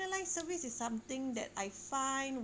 personalised service is something that I find